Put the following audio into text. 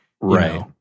right